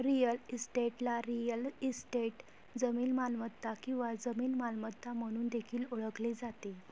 real इस्टेटला real estate, जमीन मालमत्ता किंवा जमीन मालमत्ता म्हणून देखील ओळखले जाते